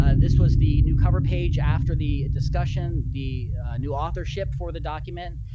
ah this was the new cover page after the discussion. the new authorship for the document,